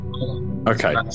okay